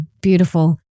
beautiful